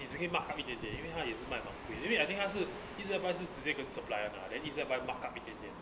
你只可以 mark up 一点点因为它也是买满贵因为 I think 它是 E_Z buy 是直接跟 supplier mah then E_Z buy mark up 一点点